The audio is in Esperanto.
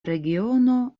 regiono